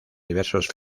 diversos